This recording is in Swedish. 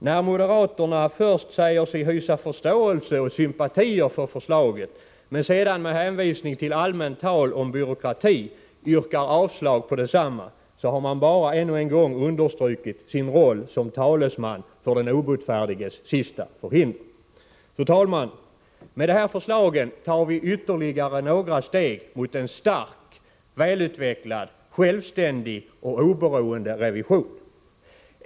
När moderaterna först säger sig hysa förståelse och sympatier för förslaget men sedan med allmänt tal om byråkrati yrkar avslag på detsamma har de bara ännu en gång understrukit att det är fråga om den obotfärdiges sista förhinder. Fru talman! Med de här förslagen tar vi ytterligare några steg mot en stark, välutvecklad, självständig och oberoende revision.